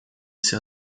ses